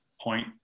point